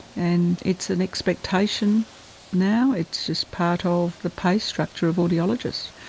and it's an expectation now. it's just part of the pay structure of audiologists.